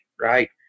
Right